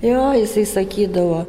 jo jisai sakydavo